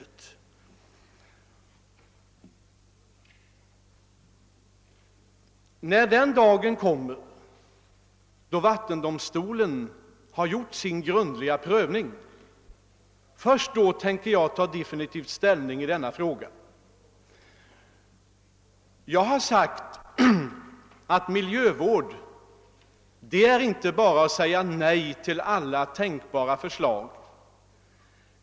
Först när den dagen kommer då vattendomstolen har prövat frågan tänkte jag ta definitiv ställning. Jag har sagt att miljövård inte bara är att säga nej till alla tänkbara förslag.